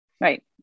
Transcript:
right